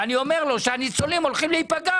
ואני אומר לו שהניצולים הולכים להיפגע